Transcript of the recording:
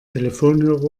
telefonhörer